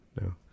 no